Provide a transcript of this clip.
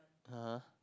[huh]